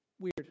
Weird